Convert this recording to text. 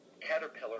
caterpillar